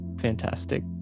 fantastic